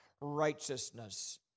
righteousness